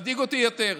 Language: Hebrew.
מדאיג אותי יותר.